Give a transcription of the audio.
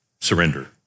surrender